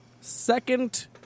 second